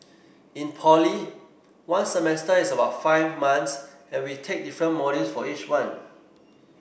in poly one semester is about five months and we take different modules for each one